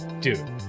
dude